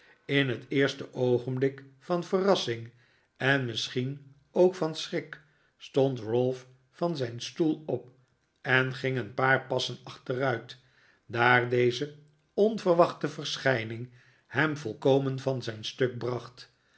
in het eerste oogenblik van verrassing en misschien ook van schrik stond ralph van zijn stoel op en ging een paar passen achteruit daar deze onverwachte verschijning hem volkomen van zijn stuk bracht